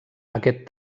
aquest